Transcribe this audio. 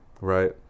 right